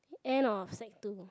end of sec-two